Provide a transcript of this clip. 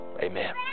Amen